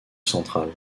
centrale